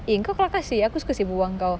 eh kau kelakar seh aku suka berbual dengan kau